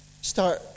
start